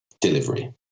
delivery